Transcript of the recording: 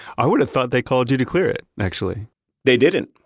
i would've thought they called you to clear it, actually they didn't.